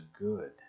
good